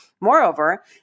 Moreover